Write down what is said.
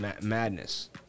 madness